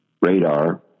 radar